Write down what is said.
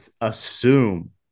assume